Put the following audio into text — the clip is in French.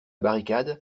barricade